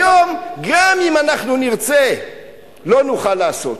היום, גם אם אנחנו נרצה לא נוכל לעשות.